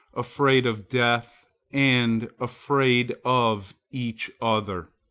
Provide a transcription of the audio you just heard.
afraid of death and afraid of each other.